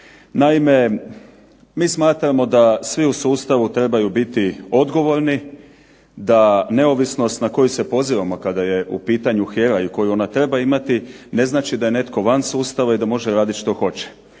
Naime, mi smatramo da svi u sustavu trebaju biti odgovorni da neovisnost kada se pozivamo kada je u pitanju HERA i koju ona treba imati ne znači da je netko van sustava i da može raditi što hoće.